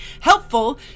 helpful